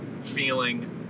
feeling